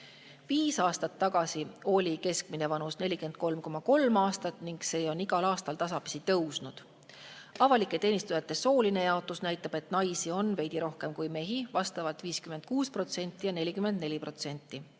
viis aastat tagasi oli keskmine vanus 43,3 aastat ning see on igal aastal tasapisi tõusnud. Avalike teenistujate sooline jaotus näitab, et naisi on veidi rohkem kui mehi, vastavalt 56% ja 44%.